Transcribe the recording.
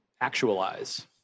actualize